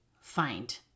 find